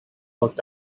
looked